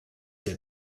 der